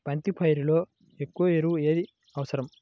బంతి పైరులో ఎక్కువ ఎరువు ఏది అవసరం?